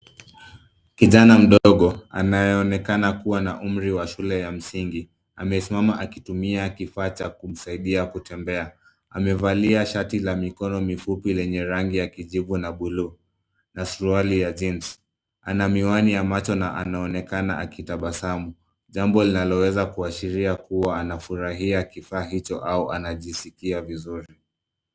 Kijana mdogo anayeonekana kuwa na umri wa shule ya msingi, amesimama akitumia kifaa cha kumsaidia kutembea. Amevalia shati la mikono mifupi lenye rangi ya kijivu na buluu na suruali ya jeans. Ana miwani ya macho na anaonekana akitabasamu, jambo linaloweza kuashiria kuwa anafurahiakifaa hicho au anajisikia vizuri.